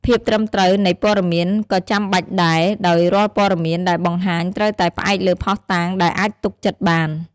ភាពត្រឹមត្រូវនៃព័ត៌មានក៏ចាំបាច់ដែរ ដោយរាល់ព័ត៌មានដែលបង្ហាញត្រូវតែផ្អែកលើភស្តុតាងដែលអាចទុកចិត្តបាន។